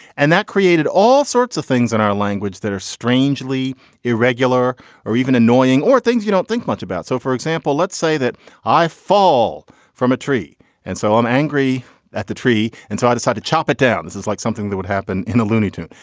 and that created all sorts of things in our language that are strangely irregular or even annoying or things you don't think much about. so for example let's say that i fall from a tree and so i'm angry at the tree. and so i decide to chop it down. this is like something that would happen in a loony tune.